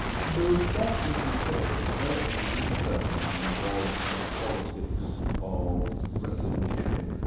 the response, as you said, or the development within feminism, was the politics of recognition.